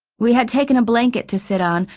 we had taken a blanket to sit on,